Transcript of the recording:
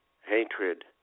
hatred